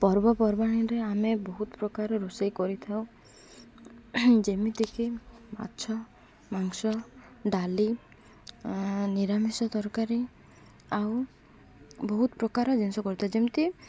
ପର୍ବପର୍ବାଣୀରେ ଆମେ ବହୁତ ପ୍ରକାର ରୋଷେଇ କରିଥାଉ ଯେମିତିକି ମାଛ ମାଂସ ଡାଲି ନିରାମିଷ ତରକାରୀ ଆଉ ବହୁତ ପ୍ରକାର ଜିନିଷ କରିଥାଉ ଯେମିତି